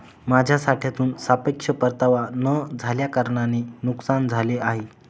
माझ्या साठ्यातून सापेक्ष परतावा न झाल्याकारणाने नुकसान झाले आहे